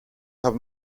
habe